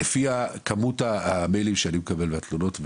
לפי כמות המיילים והתלונות שאני מקבל,